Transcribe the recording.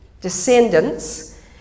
descendants